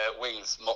Wings